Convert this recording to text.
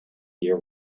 year